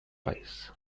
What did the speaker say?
país